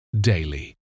daily